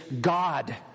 God